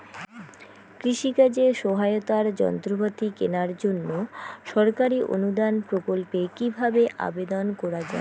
কৃষি কাজে সহায়তার যন্ত্রপাতি কেনার জন্য সরকারি অনুদান প্রকল্পে কীভাবে আবেদন করা য়ায়?